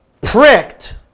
pricked